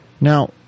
Now